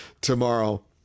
tomorrow